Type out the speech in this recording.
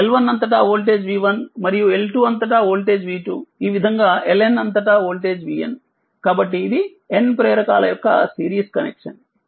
L1 అంతటా voltage v1 మరియు L2 అంతటా వోల్టేజ్ v2 ఈ విధంగా LN అంతటా వోల్టేజ్ vN కాబట్టి ఇది N ప్రేరకాల యొక్క సిరీస్ కనెక్షన్